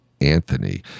Anthony